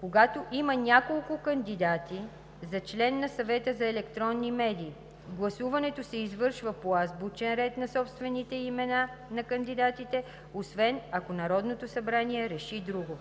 Когато има няколко кандидати за член на Съвета за електронни медии, гласуването се извършва по азбучен ред на собствените имена на кандидатите, освен ако Народното събрание реши друго.